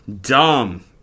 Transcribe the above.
dumb